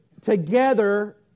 together